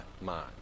mind